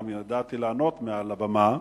גם ידעתי לענות מעל הבמה,